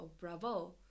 bravo